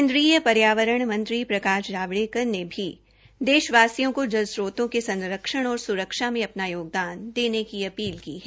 केन्द्रीय पर्यावरण मंत्री प्रकाश जावड़ेकर ने भी देशवासियों का जल स्त्रोतों के संरक्षण और स्रक्षा में अपना योगदान देने की अपील की है